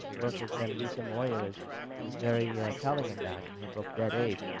work of dambisa moyo is is very telling of that in her book dead aid.